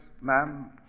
ma'am